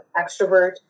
extrovert